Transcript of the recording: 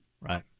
Right